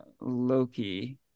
Loki